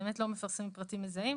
באמת לא מפרסמים פרטים מזהים.